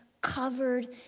covered